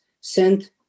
sent